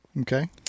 Okay